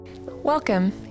Welcome